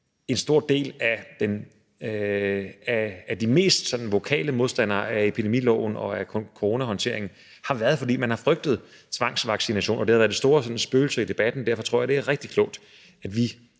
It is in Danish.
en stor del af den mest højlydte modstand mod epidemiloven og af coronahåndteringen har skyldtes, at man frygtede tvangsvaccinationer, og det har været det store spøgelse i debatten. Derfor tror jeg, at det er rigtig klogt, at vi